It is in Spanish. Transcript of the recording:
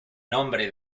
nombre